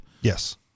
Yes